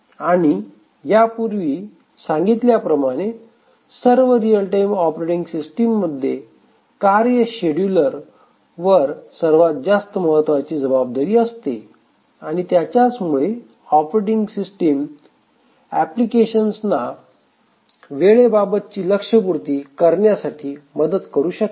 आणि यापूर्वी यापूर्वी सांगितल्या प्रमाणे सर्व रियल टाइम ऑपरेटिंग सिस्टीम मध्ये कार्य शेड्युलर वर सर्वात महत्वाची जबाबदारी असते आणि त्याच्याच मुळे ऑपरेटिंग सिस्टिम एप्लिकेशन्स ना वेळेबाबत ची लक्ष्य्य पूर्ती करण्यासाठी मदत करू शकते